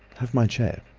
have my chair.